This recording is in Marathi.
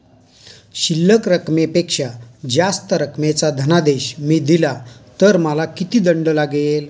शिल्लक रकमेपेक्षा जास्त रकमेचा धनादेश मी दिला तर मला किती दंड लागेल?